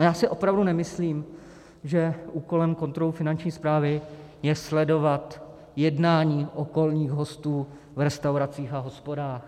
No, já si opravdu nemyslím, že úkolem kontrol Finanční správy je sledovat jednání okolních hostů v restauracích a hospodách.